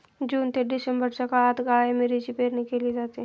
जून ते डिसेंबरच्या काळात काळ्या मिरीची पेरणी केली जाते